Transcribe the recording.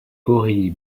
aurélie